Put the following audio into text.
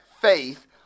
faith